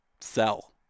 Sell